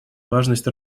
важность